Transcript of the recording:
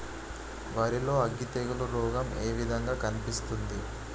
వరి లో అగ్గి తెగులు రోగం ఏ విధంగా కనిపిస్తుంది?